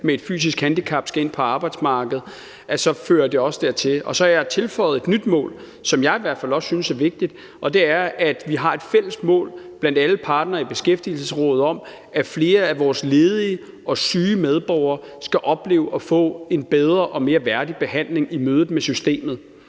med et fysisk handicap skal ind på arbejdsmarkedet, så fører det også dertil. Og så har jeg tilføjet et nyt mål, som jeg i hvert fald også synes er vigtigt, og det er, at vi har et fælles mål blandt alle partnere i Beskæftigelsesrådet om, at flere af vores ledige og syge medborgere skal opleve at få en bedre og mere værdig behandling i mødet med systemet.